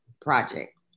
Project